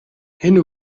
энэ